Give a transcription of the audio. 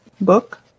book